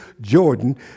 Jordan